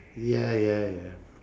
ya ya ya